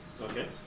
Okay